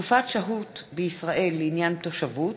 (תקופת שהות בישראל לעניין תושבות),